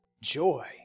joy